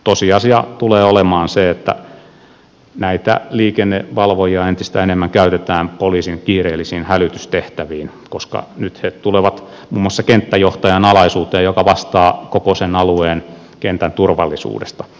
tosiasia tulee olemaan se että näitä liikennevalvojia entistä enemmän käytetään poliisin kiireellisiin hälytystehtäviin koska nyt he tulevat muun muassa kenttäjohtajan alaisuuteen joka vastaa koko sen alueen kentän turvallisuudesta